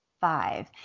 five